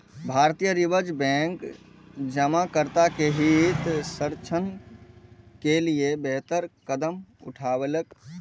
भारतीय reserve bank जमाकर्ता के हित संरक्षण के लिए बेहतर कदम उठेलकै